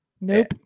Nope